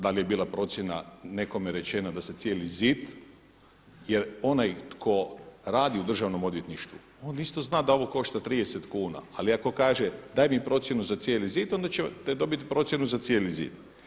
Da li je bila procjena nekome rečena da se cijeli zid, jer onaj tko radi u Državnom odvjetništvu on isto zna da ovo košta 30 kuna, ali ako kaže: daj mi procjenu za cijeli zid, onda ćete dobiti procjenu za cijeli zid.